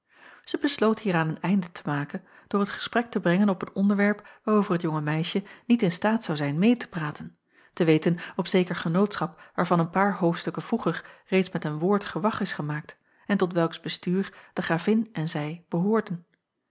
zij besloot hieraan een eind te maken door het gesprek te brengen op een onderwerp waarover het jonge meisje niet in staat zou zijn meê te praten te weten op zeker genootschap waarvan een paar hoofdstukken vroeger reeds met een woord gewag is gemaakt en tot welks bestuur de gravin en zij behoorden